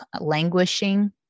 languishing